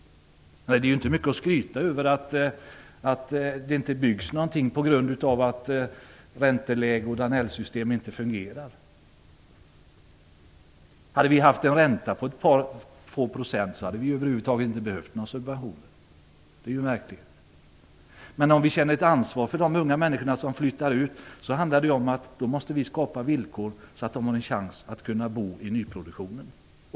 Det är inte mycket att skryta över att det inte byggs något på grund av att ränteläge och Danellsystem inte fungerar. Om vi hade haft en ränta på ett par procent hade vi inte behövt några subventioner. Om vi känner ett ansvar för de unga människor som flyttar hemifrån måste vi skapa sådana villkor att de har möjlighet att bo i nyproduktionen.